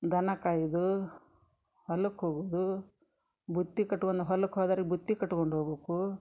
ದನ ಕಾಯುದು ಹೊಲಕ್ಕೆ ಹೋಗುದು ಬುತ್ತಿ ಕಟ್ಕೊಂದ ಹೊಲಕ್ಕೆ ಹೋದರಿಗೆ ಬುತ್ತಿ ಕಟ್ಕೊಂಡು ಹೋಗ್ಬಕು